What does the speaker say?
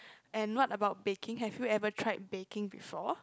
and what about baking have you ever tried baking before